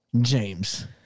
James